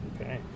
Okay